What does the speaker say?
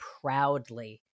proudly